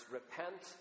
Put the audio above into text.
Repent